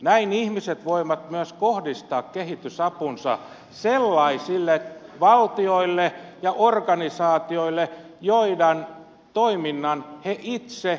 näin ihmiset voivat myös kohdistaa kehitysapunsa sellaisille valtioille ja organisaatioille joiden toiminnan he itse hyväksyvät